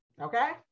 okay